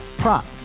Prop